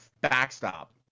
backstop